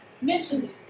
mentioned